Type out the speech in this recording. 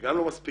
שגם לא מספיקים,